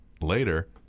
Later